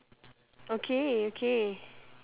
okay okay